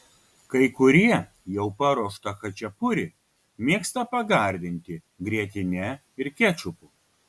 kai kurie jau paruoštą chačapuri mėgsta pagardinti grietine ir kečupu